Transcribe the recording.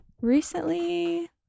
Recently